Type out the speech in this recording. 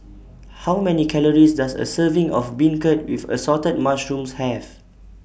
How Many Calories Does A Serving of Beancurd with Assorted Mushrooms Have